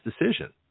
decision